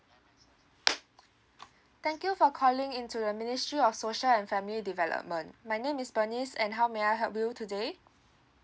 thank you for calling into the ministry of social and family development my name is bernice and how may I help you today